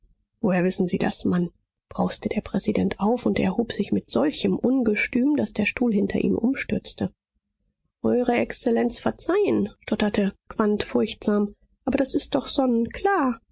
woher wissen sie das mann brauste der präsident auf und erhob sich mit solchem ungestüm daß der stuhl hinter ihm umstürzte eure exzellenz verzeihen stotterte quandt furchtsam aber das ist doch sonnenklar